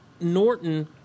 Norton